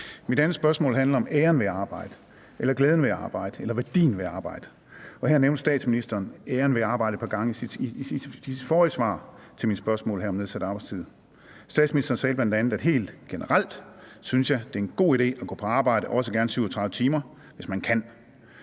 Mit andet spørgsmål handler om æren ved at arbejde eller glæden ved at arbejde eller værdien af at arbejde. Her nævnte statsministeren et par gange æren ved at arbejde i sit forrige svar til mit spørgsmål om nedsat arbejdstid. Statsministeren sagde bl.a.: Helt generelt synes jeg, det er en god idé at gå på arbejde, også gerne 37 timer, hvis man kan,